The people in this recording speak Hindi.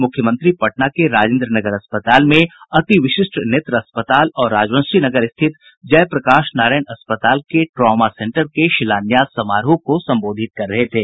मुख्यमंत्री पटना के राजेंद्र नगर अस्पताल में अति विशिष्ट नेत्र अस्पताल और राजवंशी नगर स्थित जय प्रकाश नारायण अस्पताल के ट्रॉमा सेंटर के शिलान्यास समारोह को संबोधित कर रहे थे